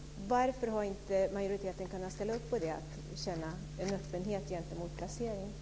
Varför har inte majoriteten kunnat ställa upp på att vi får känna en öppenhet inför placeringen?